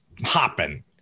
hopping